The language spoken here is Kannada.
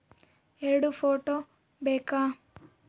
ಎರಡು ಫೋಟೋ ಬೇಕಾ?